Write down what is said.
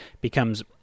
becomes